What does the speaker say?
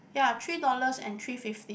ya three dollars and three fifty